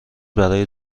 برای